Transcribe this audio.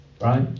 Right